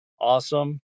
awesome